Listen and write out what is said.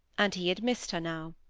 and he had missed her now.